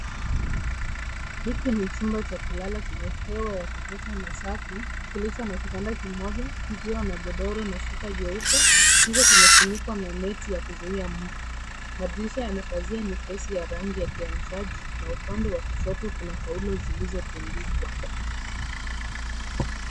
Huki ni chumba cha kulala chenye hewa ya kutosha na safi, kilicho na kitanda kimoja kikiwa na godoro na shuka nyeupe zimefunikwa na neti ya kuzuhia mbu. Madirisha yana pazia nyepesiya rangi ya kiangazaji na upande wa kushoto kuna taulo zilizotundikwa.